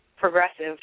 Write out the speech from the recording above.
progressive